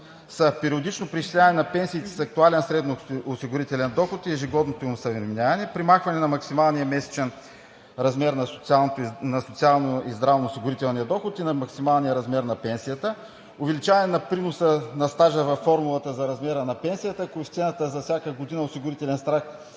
са: периодично преизчисляване на пенсиите с актуален средноосигурителен доход; ежегодното им осъвременяване; премахване на максималния месечен размер на социалния и здравноосигурителния доход и на максималния размер на пенсията; увеличаване приноса на стажа във формулата за размера на пенсията; коефициентът за всяка година осигурителен стаж